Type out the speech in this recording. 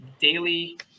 daily